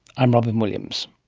i'm robyn williams